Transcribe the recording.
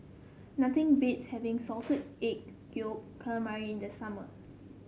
nothing beats having Salted Egg Yolk Calamari in the summer